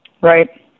Right